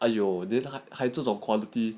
!aiyo! 还这种 quality